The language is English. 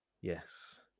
Yes